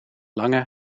lange